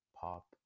pop